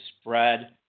spread